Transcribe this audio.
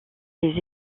les